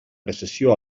recessió